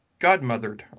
Godmothered